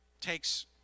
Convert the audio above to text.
takes